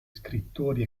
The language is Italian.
scrittori